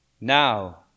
Now